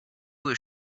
was